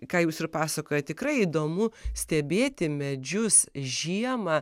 ką jūs ir pasakojat tikrai įdomu stebėti medžius žiemą